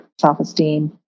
self-esteem